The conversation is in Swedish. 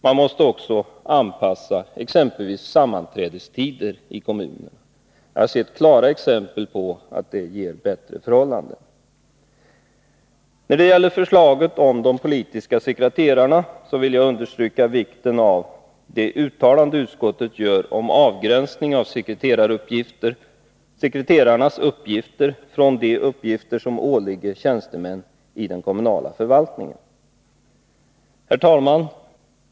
Man måste också anpassa exempelvis sammanträdestiderna i kommunen. Jag har sett klara exempel att det ger bättre förhållanden. När det gäller förslaget om de politiska sekreterarna vill jag understryka vikten av det uttalande utskottet gör om avgränsning av sekreterarnas uppgifter från de uppgifter som åligger tjänstemän i den kommunala förvaltningen. Herr talman!